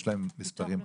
יש להם מספרים אדירים.